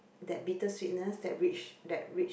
that bitter sweetness that rich that rich